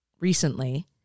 recently